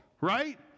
Right